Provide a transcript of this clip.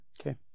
Okay